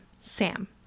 Sam